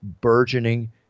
burgeoning